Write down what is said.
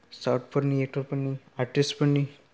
साउथफोरनि एक्टरफोरनि आर्टिस्टफोरनि